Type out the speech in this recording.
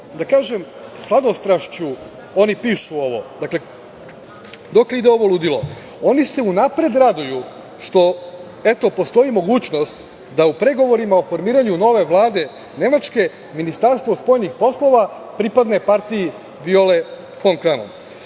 da kažem, sladostrašću oni pišu ovo. Dokle ide ovo ludilo, oni se unapred raduju što postoji mogućnost da u pregovorima o formiranju nove Vlade Nemačke, Ministarstvo spoljnih poslova pripadne partiji Viole fon Kramon,